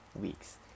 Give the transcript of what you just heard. weeks